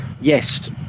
Yes